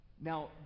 now